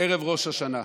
ערב ראש השנה,